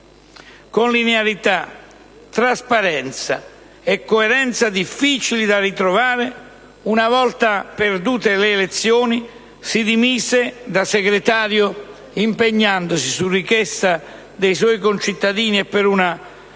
Con linearità, trasparenza e coerenza difficili da ritrovare, una volta perdute le elezioni si dimise da segretario impegnandosi, su richiesta dei suoi concittadini, per una